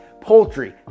poultry